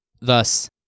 Thus